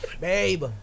Babe